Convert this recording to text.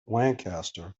lancaster